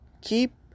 keep